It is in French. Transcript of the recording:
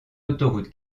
autoroute